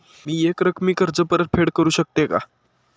मी एकरकमी कर्ज परतफेड करू शकते का?